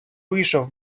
вийшов